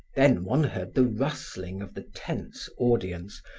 then one heard the rustling of the tense audience,